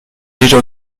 déjà